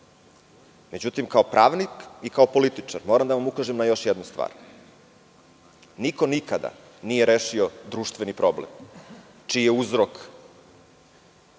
Međutim, kao pravnik i kao političar moram da vam ukažem na još jednu stvar, niko nikada nije rešio društveni problem čiji je uzrok